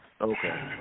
Okay